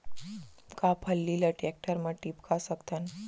का फल्ली ल टेकटर म टिपका सकथन?